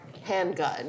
handgun